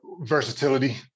Versatility